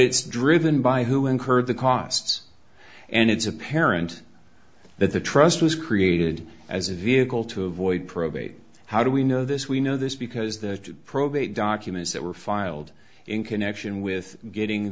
it's driven by who incurred the costs and it's apparent that the trust was created as a vehicle to avoid probate how do we know this we know this because the probate documents that were filed in connection with getting